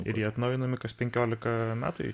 ir jie atnaujinami kas penkiolika metų jei